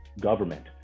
government